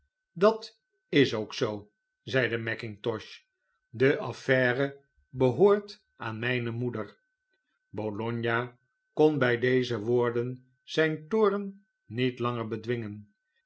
dat is ook zoo zeide mackintosh de affaire behoort aan mijne moeder bologna kon bij deze woorden zijn toorn niet langer bedwingen